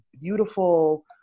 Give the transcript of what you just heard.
beautiful